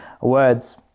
words